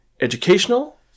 educational